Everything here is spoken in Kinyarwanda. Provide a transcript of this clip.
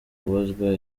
kubazwa